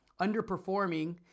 underperforming